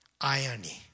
irony